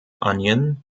onion